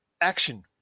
Action